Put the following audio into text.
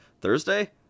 Thursday